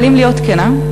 אבל אם להיות כנה,